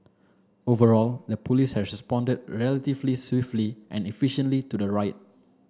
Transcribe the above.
overall the police has responded relatively swiftly and efficiently to the riot